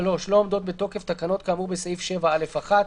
(3)לא עומדות בתוקף תקנות כאמור בסעיף 7(א)(1),